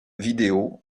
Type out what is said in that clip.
vidéo